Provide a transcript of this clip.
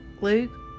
Luke